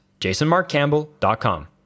jasonmarkcampbell.com